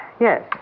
yes